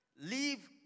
leave